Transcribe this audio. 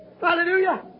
Hallelujah